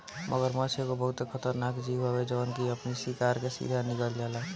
मगरमच्छ एगो बहुते खतरनाक जीव हवे जवन की अपनी शिकार के सीधा निगल जाला